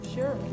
Sure